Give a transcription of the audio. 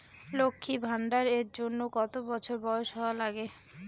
লক্ষী ভান্ডার এর জন্যে কতো বছর বয়স হওয়া লাগে?